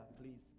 please